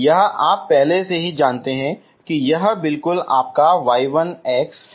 यह आप पहले से ही जानते हैं कि यह बिल्कुल आपका y1 है